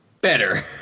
better